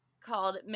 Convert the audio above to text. called